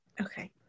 Okay